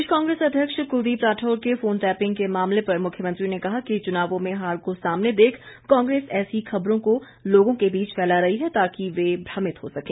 प्रदेश कांग्रेस अध्यक्ष क्लदीप राठौर के phone tapping के मामले पर मुख्यमंत्री ने कहा कि चुनावों में हार को सामने देख कांग्रेस ऐसी खबरों को लोगों के बीच फैला रही है ताकि वे भ्रमित हो सके